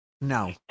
no